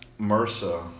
MRSA